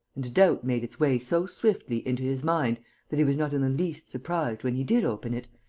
and doubt made its way so swiftly into his mind that he was not in the least surprised, when he did open it,